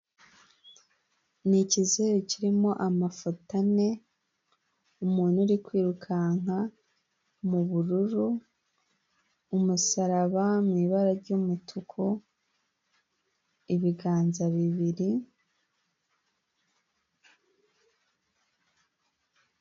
Ni ikizeru kirimo amafoto ane, umuntu uri kwirukanka m'ubururu, umusaraba mu ibara ry'umutuku, ibiganza bibiri.